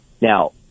Now